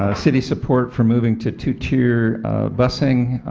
ah city support for moving to two-tier busing,